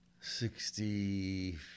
sixty